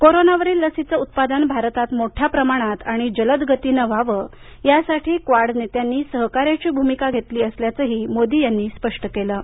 कोरोनावरील लसीचं उत्पादन भारतात मोठ्या प्रमाणात आणि जलद गतीनं व्हावं यासाठी या नेत्यांनी सहकार्याची भूमिका घेतली असल्याचं मोदी यांनी स्पष्ट केलं आहे